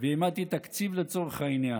והעמדתי תקציב לצורך העניין.